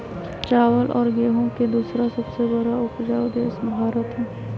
चावल और गेहूं के दूसरा सबसे बड़ा उपजाऊ देश भारत हई